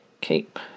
keep